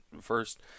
first